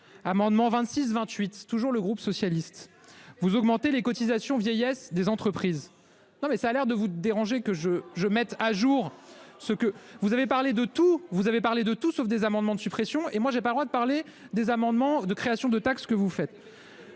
amendement 26 28 toujours, le groupe socialiste, vous augmentez les cotisations vieillesse des entreprises. Non mais ça a l'air de vous déranger que je je mette à jour ce que vous avez parlé de tout. Vous avez parlé de tout sauf des amendements de suppression et moi j'ai pas le droit de parler des amendements de création de taxes. Ce que vous faites.